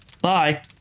Bye